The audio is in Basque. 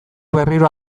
berriro